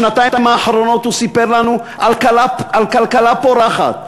בשנתיים האחרונות הוא סיפר לנו על כלכלה פורחת,